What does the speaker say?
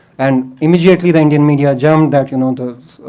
and immediately, the indian media jumped that you know the